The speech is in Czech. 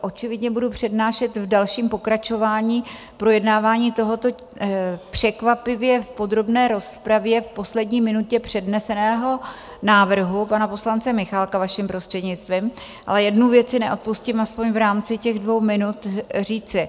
očividně budu přednášet v dalším pokračování projednávání tohoto překvapivě v podrobné rozpravě v poslední minutě předneseného návrhu pana poslance Michálka, vaším prostřednictvím, ale jednu věc si neodpustím aspoň v rámci těch dvou minut říci.